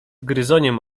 gryzoniem